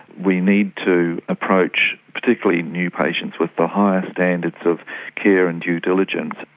we need to approach particularly new patients with the highest standards of care and due diligence.